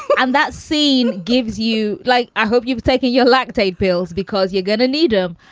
and that scene gives you like i hope you've taken your lactaid pills because you're going to need them.